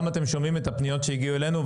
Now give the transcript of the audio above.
גם אתם שומעים את הפניות שהגיעו אלינו.